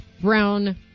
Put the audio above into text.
Brown